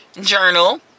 Journal